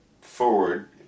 forward